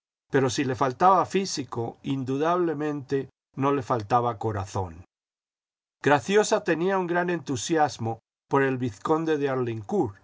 pero si le faltaba físico indudablemente no le faltaba corazón graciosa tenía un gran entusiasmo por el vizconde de arlincourt